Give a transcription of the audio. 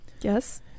Yes